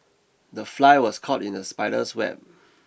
the fly was caught in the spider's web